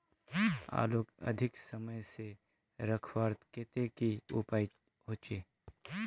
आलूक अधिक समय से रखवार केते की उपाय होचे?